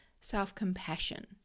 self-compassion